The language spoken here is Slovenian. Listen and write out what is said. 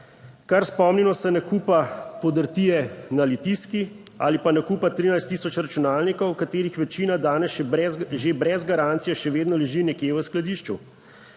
kar spomnimo se nakupa podrtije na Litijski, ali pa nakupa 13 tisoč računalnikov, katerih večina danes že brez garancije še vedno leži nekje v skladišču.